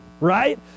right